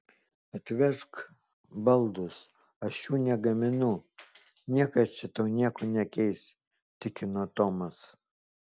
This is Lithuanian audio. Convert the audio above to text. atvežk baldus aš jų negaminu niekas čia tau nieko nekeis tikino tomas